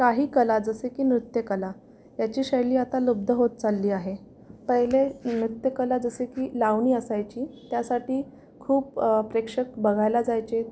काही कला जसे की नृत्य कला याची शैली आता लुप्त होत चालली आहे पहिले नृत्य कला जसे की लावणी असायची त्यासाठी खूप प्रेक्षक बघायला जायचे